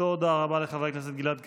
תודה רבה לחבר הכנסת גלעד קריב.